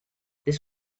this